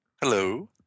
Hello